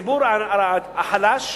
הציבור החלש,